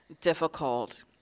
difficult